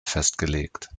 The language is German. festgelegt